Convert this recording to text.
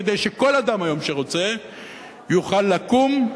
כדי שכל אדם היום שרוצה יוכל לקום,